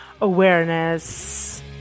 awareness